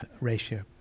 ratio